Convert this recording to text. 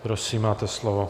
Prosím, máte slovo.